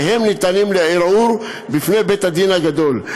והם ניתנים לערעור בפני בית-הדין הגדול.